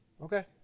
okay